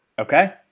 Okay